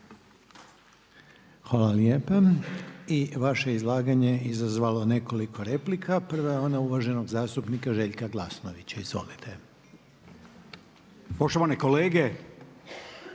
Hvala lijepa. I vaše izlaganje izazvalo nekoliko replika. Prva je ona uvaženog zastupnika Željka Glasnovića. Izvolite. **Glasnović,